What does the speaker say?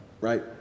right